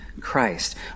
Christ